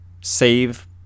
save